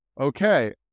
okay